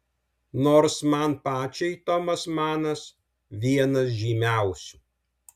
nors man pačiai tomas manas vienas žymiausių